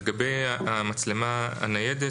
לגבי המצלמה הניידת,